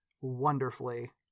wonderfully